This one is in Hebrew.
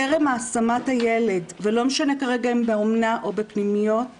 טרם השמת הילד ולא משנה כרגע אם באומנה או בפנימיות,